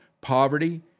poverty